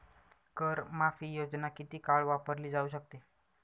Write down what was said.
कर माफी योजना किती काळ वापरली जाऊ शकते?